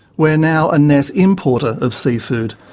we're now a net importer of seafood.